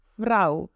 vrouw